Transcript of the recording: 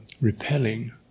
repelling